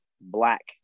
black